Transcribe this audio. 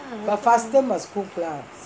but faster must poop glance